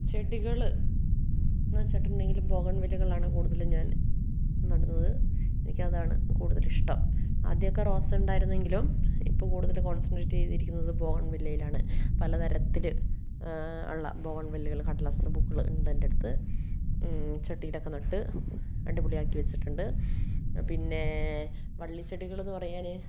ചെടികളെന്നു വച്ചിട്ടുണ്ടെങ്കിൽ ബോഗൺവില്ലകളാണ് കൂടുതൽ ഞാൻ നടുന്നത് എനിക്കതാണ് കൂടുതൽ ഇഷ്ടം ആദ്യമൊക്കെ റോസ് ഉണ്ടായിരുന്നെങ്കിലും ഇപ്പോൾ കൂടുതലും കോൺസെൻട്രേറ്റ് ചെയ്തിരിക്കുന്നത് ബോഗൺവില്ലയിലാണ് പലതരത്തിൽ ഉള്ള ബോഗൺവില്ലകൾ കടലാസ് പൂക്കൾ ഉണ്ട് എന്റെ അടുത്ത് ചട്ടിയിലൊക്കെ നട്ട് അടിപൊളിയാക്കി വച്ചിട്ടുണ്ട് പിന്നേ വള്ളിച്ചെടികളെന്നു പറയാൻ